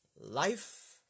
Life